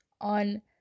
on